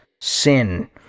sin